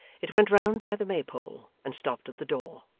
it went round by the maypole, and stopped at the door.